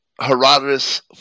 Herodotus